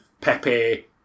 Pepe